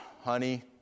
honey